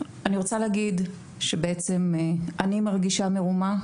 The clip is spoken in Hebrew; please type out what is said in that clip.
אני רוצה להגיד שאני מרגישה מרומה,